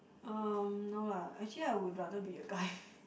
um no lah actually I would rather be a guy